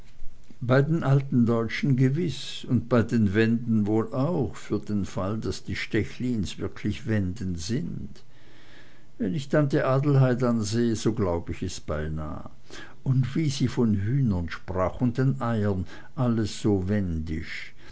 bei den alten deutschen gewiß und bei den wenden wohl auch für den fall daß die stechlins wirkliche wenden sind wenn ich tante adelheid ansehe glaub ich es beinah und wie sie von den hühnern sprach und den eiern alles so wendisch